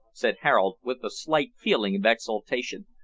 said harold, with a slight feeling of exultation,